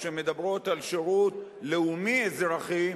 שמדברות על שירות לאומי אזרחי,